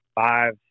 five